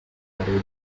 regione